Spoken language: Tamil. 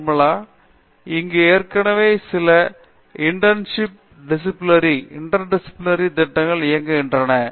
நிர்மலா இங்கு ஏற்கனவே சில இன்டர்டிசிபிலினரி திட்டங்கள் இயங்குகின்றன